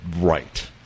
Right